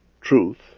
truth